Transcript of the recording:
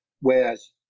Whereas